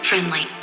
Friendly